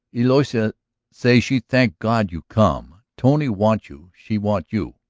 eloisa say she thank god you come tony want you, she want you.